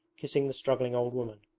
kissing the struggling old woman.